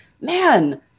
man